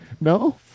No